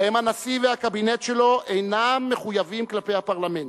שבהן הנשיא והקבינט שלו אינם מחויבים כלפי הפרלמנט.